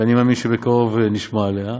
ואני מאמין שבקרוב נשמע עליה.